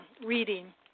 reading